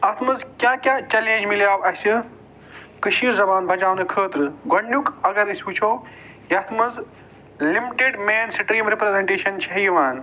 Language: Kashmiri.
اَتھ منٛز کیٛاہ کیٛاہ چیلینج میلیو اَسہِ کٔشیٖر زَبان بَچاونہٕ خٲطرٕ گۄڈٕنیُک اَگر أسۍ وُچھو یَتھ منٛز لِمِٹِڈ مین سِٹریٖم رِپرٮ۪زنٹیشن چھےٚ یِوان